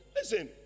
Listen